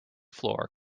floor